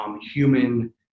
human